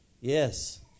Yes